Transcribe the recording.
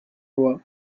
moi